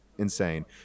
insane